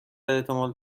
احتمال